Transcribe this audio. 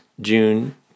June